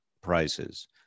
prices